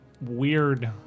weird